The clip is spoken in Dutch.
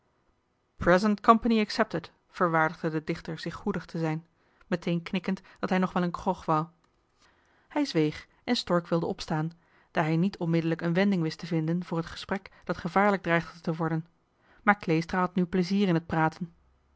present company excepted verwaardigde de dichter zich goedig te zijn meteen knikkend dat hij nog wel een grog wou hij zweeg en stork wilde opstaan daar hij niet onmiddellijk een wending wist te vinden voor het gesprek dat gevaarlijk dreigde te worden maar kleestra had nu plezier in het praten